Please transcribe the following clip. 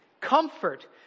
Comfort